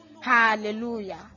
Hallelujah